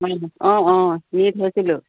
অঁ অঁ নি